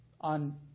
On